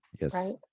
Yes